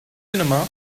cinema